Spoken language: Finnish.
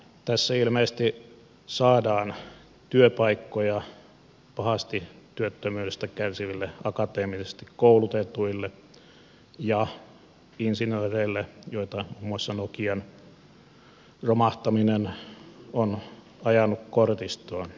tässä ilmeisesti saadaan työpaikkoja pahasti työttömyydestä kärsiville akateemisesti koulutetuille ja insinööreille joita muun muassa nokian romahtaminen on ajanut kortistoon